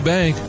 Bank